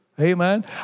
Amen